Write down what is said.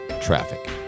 Traffic